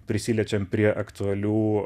prisiliečiam prie aktualių